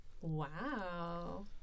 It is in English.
Wow